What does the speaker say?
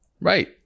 right